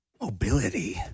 Mobility